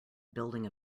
building